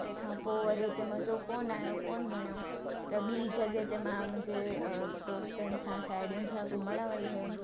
तंहिंखां पोइ वरी उते मज़ो कोन आयो कोन्ह वणियो त ॿी जॻह ते मां मुंहिंजे दोस्तनि सां साहेड़ियुनि सां घुमणु वई हुयमि